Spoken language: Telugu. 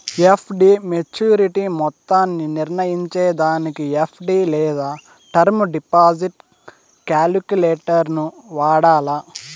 ఎఫ్.డి మోచ్యురిటీ మొత్తాన్ని నిర్నయించేదానికి ఎఫ్.డి లేదా టర్మ్ డిపాజిట్ కాలిక్యులేటరును వాడాల